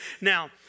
Now